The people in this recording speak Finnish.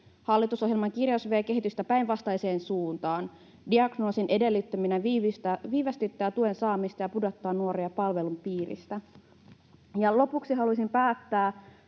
Hallitusohjelman kirjaus vie kehitystä päinvastaiseen suuntaan. Diagnoosin edellyttäminen viivästyttää tuen saamista ja pudottaa nuoria palvelun piiristä. Lopuksi haluaisin päättää,